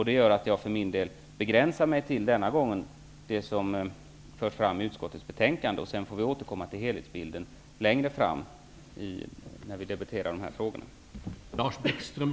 Det gör att jag för min del denna gång begränsar mig till det som förs fram i utskottets betänkande. Sedan får vi, när vi debatterar dessa frågor längre fram, återkomma till helhetsbilden.